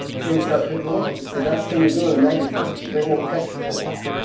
so you start picking them off it's the best thing to do in a mega church because they won't catch you for a while